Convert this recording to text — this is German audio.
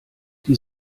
die